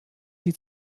sie